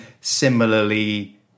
similarly